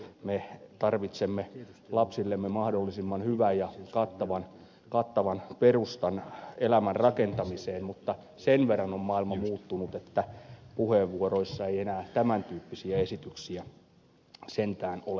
me tarvitsemme lapsillemme mahdollisimman hyvän ja kattavan perustan elämän rakentamiseen mutta sen verran on maailma muuttunut että puheenvuoroissa ei enää tämän tyyppisiä esityksiä sentään ole ollut